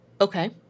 Okay